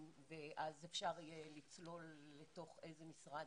אז אפשר יהיה לצלול לתוך איזה משרד